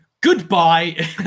goodbye